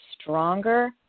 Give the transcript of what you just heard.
stronger